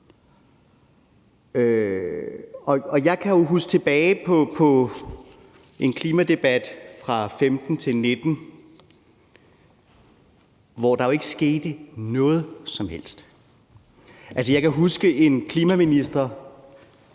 Jeg kan huske tilbage på klimadebatten fra 2015-2019, hvor der jo ikke skete noget som helst. Jeg kan huske en, der var klimaminister